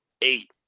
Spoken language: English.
eight